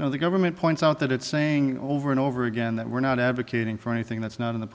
know the government points out that it's saying over and over again that we're not advocating for anything that's not in the